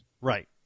Right